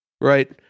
right